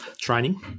training